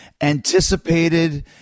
anticipated